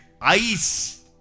ice